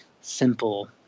simple